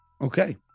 Okay